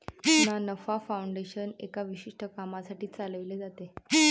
ना नफा फाउंडेशन एका विशिष्ट कामासाठी चालविले जाते